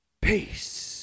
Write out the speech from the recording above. Peace